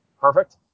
Perfect